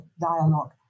dialogue